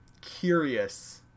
curious